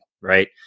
right